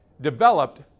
developed